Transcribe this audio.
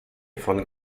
von